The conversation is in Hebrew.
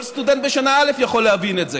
כל סטודנט בשנה א' יכול להבין את זה,